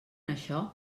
això